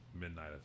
midnight